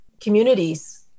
communities